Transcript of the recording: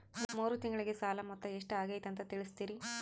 ಮೂರು ತಿಂಗಳಗೆ ಸಾಲ ಮೊತ್ತ ಎಷ್ಟು ಆಗೈತಿ ಅಂತ ತಿಳಸತಿರಿ?